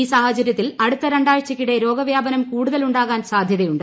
ഈ സാഹചര്യത്തിൽ അടുത്ത രണ്ടാഴ്ചയ്ക്കിടെ രോഗവ്യാപനം കൂടുതലുണ്ടാകാൻ സാധ്യതയുണ്ട്